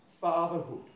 fatherhood